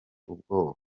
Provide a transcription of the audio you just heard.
ubwoba